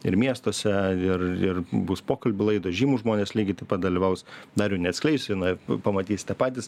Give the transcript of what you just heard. ir miestuose ir ir bus pokalbių laidos žymūs žmonės lygiai taip pat dalyvaus dar jų neatskleisiu na pamatysite patys